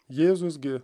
jėzus gi